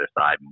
side